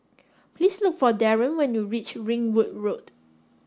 please look for Darren when you reach Ringwood Road